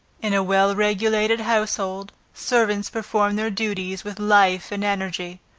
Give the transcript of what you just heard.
in a well regulated household, servants perform their duties with life and energy.